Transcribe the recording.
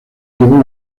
llevó